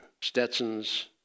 Stetsons